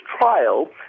trial